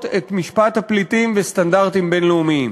את משפט הפליטים וסטנדרטים בין-לאומיים.